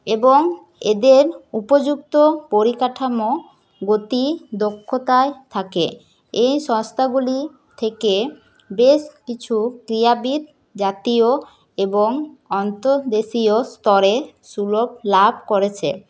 এবং এদের উপযুক্ত পরিকাঠামো গতি দক্ষতায় থাকে এই সংস্থাগুলি থেকে বেশকিছু ক্রীড়াবিদ জাতীয় এবং অন্তর্দেশীয় স্তরে সুযোগ লাভ করেছে